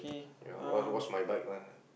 ya wash wash my bike lah